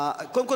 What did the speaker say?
קודם כול,